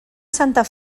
santa